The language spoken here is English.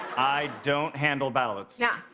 i don't handle ballots. yeah,